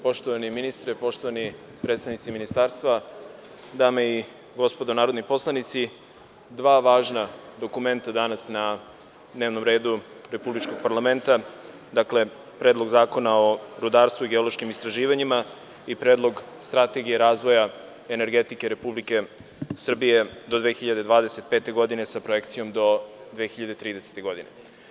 Poštovani ministre, poštovani predstavnici ministarstva, dame i gospodo narodni poslanici, imamo dva važna dokumenta danas na dnevnom redu republičkog parlamenta: Predlog zakona o rudarstvu i geološkim istraživanjima i Predlog strategije razvoja energetike Republike Srbije do 2025. godine sa projekcijom do 2030. godine.